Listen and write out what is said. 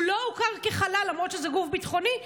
הוא לא הוכר כחלל למרות שזה גוף ביטחוני,